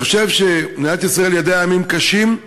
אני חושב שמדינת ישראל ידעה ימים קשים,